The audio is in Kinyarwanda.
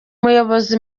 muyobozi